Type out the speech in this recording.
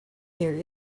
there